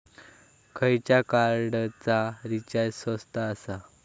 खयच्या कार्डचा रिचार्ज स्वस्त आसा?